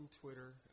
Twitter